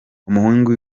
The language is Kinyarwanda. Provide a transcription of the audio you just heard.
umuhungu